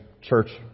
church